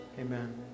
Amen